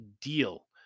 deal